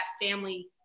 family